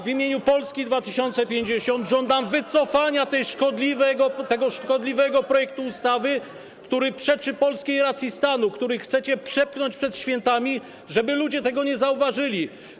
W imieniu Polski 2050 żądam wycofania tego szkodliwego projektu ustawy, który przeczy polskiej racji stanu, który chcecie przepchnąć przed świętami, żeby ludzie tego nie zauważyli.